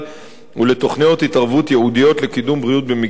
ולתוכניות התערבות ייעודיות לקידום הבריאות במגזר זה.